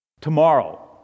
Tomorrow